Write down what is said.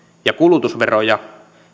ja kulutusveroja